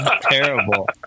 Terrible